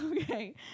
okay